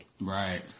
Right